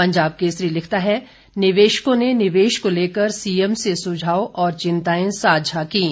पंजाब केसरी लिखता है निवेशकों ने निवेश को लेकर सी एम से सुझाव और चिंताएं सांझा कीं